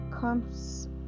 comes